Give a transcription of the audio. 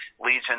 Legion